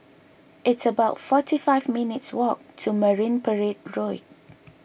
it's about forty five minutes' walk to Marine Parade Road